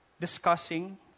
discussing